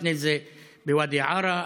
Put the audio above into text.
לפני זה בוואדי עארה,